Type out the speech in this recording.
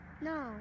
No